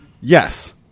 Yes